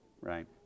right